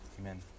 Amen